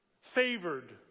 favored